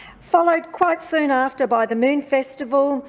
followed quite soon after by the moon festival,